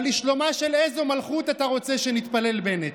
אבל לשלומה של איזו מלכות אתה רוצה שנתפלל, בנט?